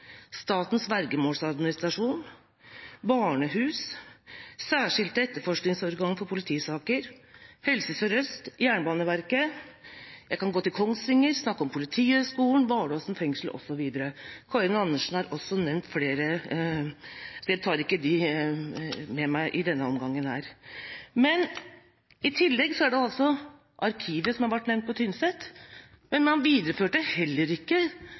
vergemålsadministrasjon, Statens Barnehus, særskilt etterforskningsorgan for politisaker, Helse Sør-Øst, Jernbaneverket. Jeg kan nevne Kongsvinger, snakke om Politihøgskolen, Vardåsen fengsel osv. Karin Andersen har også nevnt flere, og jeg tar ikke med dem i denne omgangen. I tillegg har arkivet på Tynset vært nevnt. Man videreførte heller ikke det som